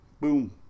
Boom